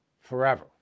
forever